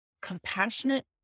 compassionate